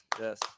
Yes